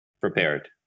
prepared